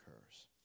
occurs